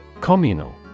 Communal